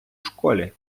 школі